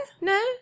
No